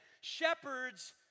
shepherds